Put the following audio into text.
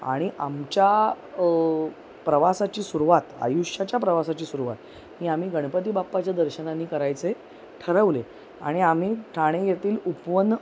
आणि आमच्या प्रवासाची सुरवात आयुष्याच्या प्रवासाची सुरवात ही आम्ही गणपतीबापाच्या दर्शनानी करायचे ठरवले आणि आम्ही ठाणे येथील उपवन